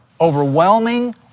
Overwhelming